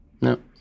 No